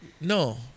no